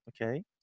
Okay